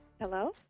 Hello